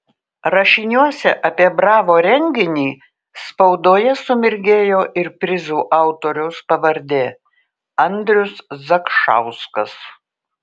rašiniuose apie bravo renginį spaudoje sumirgėjo ir prizų autoriaus pavardė andrius zakšauskas